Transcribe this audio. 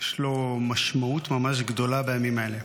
יש לו משמעות ממש גדולה בימים האלה.